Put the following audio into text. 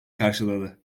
karşıladı